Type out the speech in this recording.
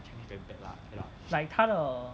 like 他的